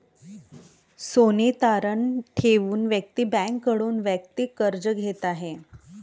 सोने तारण ठेवून व्यक्ती बँकेकडून वैयक्तिक कर्ज घेत आहे